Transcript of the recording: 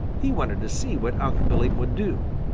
he wanted to see what unc' billy would do.